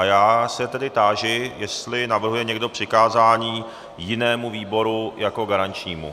Já tedy táži, jestli navrhuje někdo přikázání jinému výboru jako garančnímu.